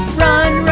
run